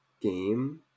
game